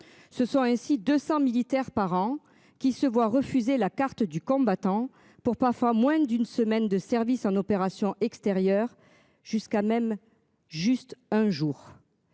Ce sont ainsi 200 militaires par an qui se voient refuser la carte du combattant pour parfois moins d'une semaine de service en opérations extérieures, jusqu'à même juste un jour.